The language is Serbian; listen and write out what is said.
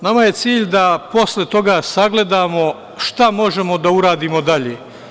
Nama je cilj da mi posle toga sagledamo šta možemo da uradimo dalje.